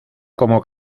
como